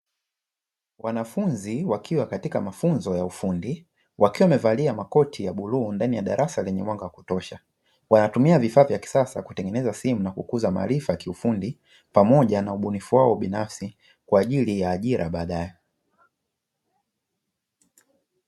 Wanafunzi wakiwa katika mafunzo ya ufundi, wakiwa wamevalia makoti ya bluu ndani ya darasa lenye mwanga wa kutosha, wanatumia vifaa vya kisasa kutengeneza simu na kukuza maarifa ya kiufundi, pamoja na ubunifu wao binafsi kwa ajili ya ajira baadae.